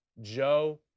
Joe